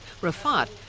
Rafat